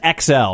XL